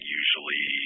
usually